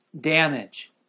damage